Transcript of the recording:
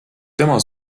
tema